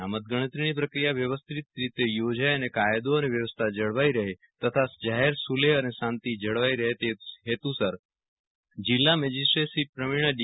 આ મતગણતરીની પ્રક્રિયા વ્યવસ્થિત રીતે યોજાય અને કાયદો અને વ્યવસ્થા જળવાય રફે તથા જાહેર સુલૈફ શાંતિ જળવાઇ રહે તે હેતુસર જિલ્લા મેજીસ્ટ્રેટશ્રી પ્રવિણા ડી